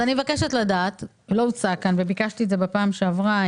אני מבקשת לדעת לא הוצג כאן וביקשתי את זה בפעם שעברה